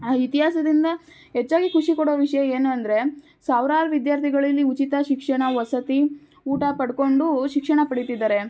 ಆ ಇತಿಹಾಸದಿಂದ ಹೆಚ್ಚಾಗಿ ಖುಷಿ ಕೊಡೊ ವಿಷಯ ಏನು ಅಂದರೆ ಸಾವಿರಾರು ವಿದ್ಯಾರ್ಥಿಗಳು ಇಲ್ಲಿ ಉಚಿತ ಶಿಕ್ಷಣ ವಸತಿ ಊಟ ಪಡ್ಕೊಂಡು ಶಿಕ್ಷಣ ಪಡಿತಿದ್ದಾರೆ